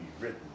written